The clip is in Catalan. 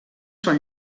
són